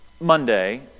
monday